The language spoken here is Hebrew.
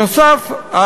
נוסף על כך,